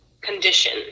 condition